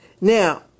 now